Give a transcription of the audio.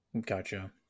Gotcha